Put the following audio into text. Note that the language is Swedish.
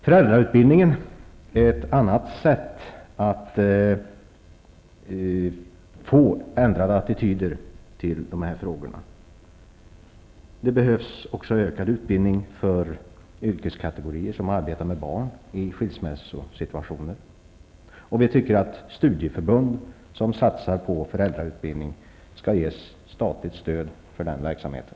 Föräldrautbildningen är ett annat sätt att få ändrade attityder till dessa frågor. Det behövs också ökad utbildning för yrkeskategorier som arbetar med barn i skilsmässosituationer. Vi tycker att studieförbund som satsar på föräldrautbildning skall ges statligt stöd för den verksamheten.